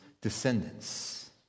descendants